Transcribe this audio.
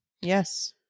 Yes